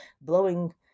blowing